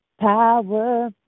power